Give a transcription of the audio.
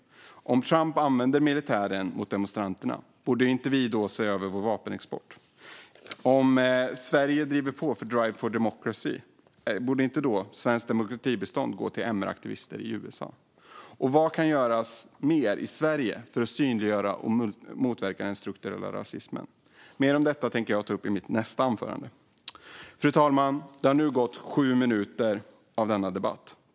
Om Trump använder militären mot demonstranter, borde vi då inte se över vår vapenexport? Om Sverige driver på för Drive for democracy, borde då inte svenskt demokratibistånd gå till MR-aktivister i USA? Och vad kan göras mer i Sverige för att synliggöra och motverka den strukturella rasismen? Mer om detta tänker jag ta upp i mitt nästa anförande. Fru talman! Det har nu gått sju minuter av denna debatt.